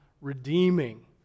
redeeming